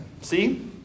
See